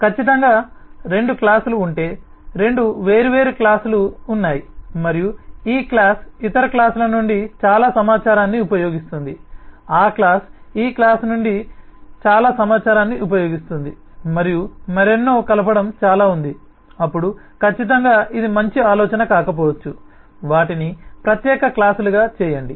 ఇప్పుడు ఖచ్చితంగా రెండు క్లాస్ లు ఉంటే రెండు వేర్వేరు క్లాస్ లు ఉన్నాయి మరియు ఈ క్లాస్ ఇతర క్లాస్ ల నుండి చాలా సమాచారాన్ని ఉపయోగిస్తుంది ఆ క్లాస్ ఈ క్లాస్ నుండి చాలా సమాచారాన్ని ఉపయోగిస్తుంది మరియు మరెన్నో కలపడం చాలా ఉంది అప్పుడు ఖచ్చితంగా ఇది మంచి ఆలోచన కాకపోవచ్చు వాటిని ప్రత్యేక క్లాస్ లుగా చేయండి